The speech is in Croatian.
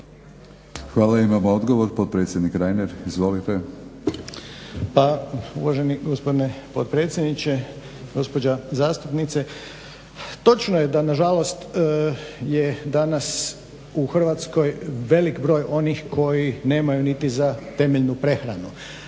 Hvala. Imamo odgovor, potpredsjednik Reiner. Izvolite.